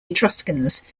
etruscans